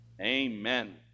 Amen